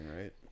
right